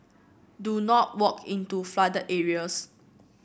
do not walk into flooded areas